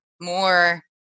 more